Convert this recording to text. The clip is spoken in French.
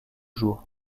jour